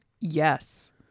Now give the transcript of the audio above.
Yes